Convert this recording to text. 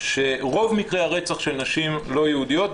שרוב מקרי הרצח של נשים לא יהודיות,